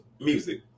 music